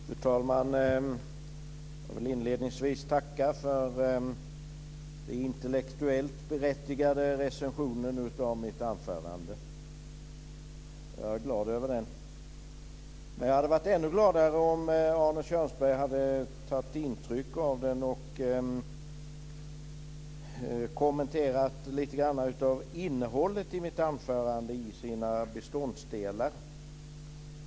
Fru talman! Jag vill inledningsvis tacka för den intellektuellt berättigade recensionen av mitt anförande. Jag är glad över den. Men jag hade varit ännu gladare om Arne Kjörnsberg hade tagit intryck av det och kommenterat lite grann av innehållet i mitt anförande.